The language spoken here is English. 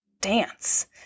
dance